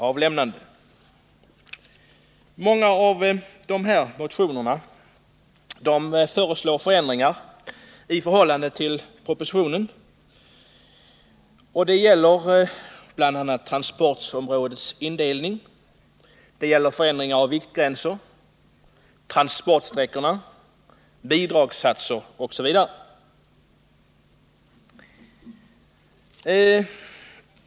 I många av motionerna föreslås förändringar i förhållande till propositionen — det gäller transportområdets indelning, förändring av viktgränser, transportsträckorna, bidragssatser osv.